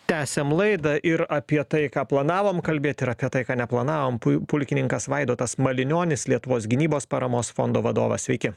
tęsiam laidą ir apie tai ką planavom kalbėti ir apie tai ką neplanavom pulkininkas vaidotas malinionis lietuvos gynybos paramos fondo vadovas sveiki